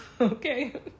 Okay